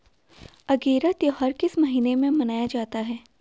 अगेरा त्योहार किस महीने में मनाया जाता है?